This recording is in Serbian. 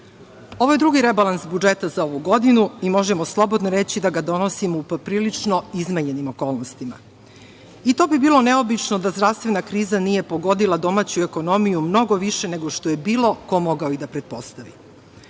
ovo je drugi rebalans budžeta za ovu godinu i možemo slobodno reći da ga donosimo u poprilično izmenjenim okolnostima. To bi bilo neobično da zdravstvena kriza nije pogodila domaću ekonomiju mnogo više nego što je bilo ko mogao da pretpostavi. Zato